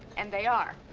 and they are.